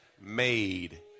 made